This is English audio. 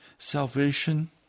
Salvation